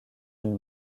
une